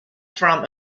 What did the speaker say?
from